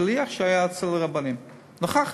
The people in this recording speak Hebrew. השליח שהיה אצל הרבנים, נכחתי.